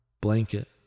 blanket